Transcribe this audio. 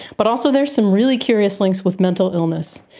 but also there's some really curious links with mental illness.